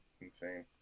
insane